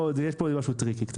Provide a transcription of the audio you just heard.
יש פה משהו קצת טריקי.